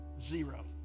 Zero